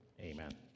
amen